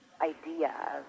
idea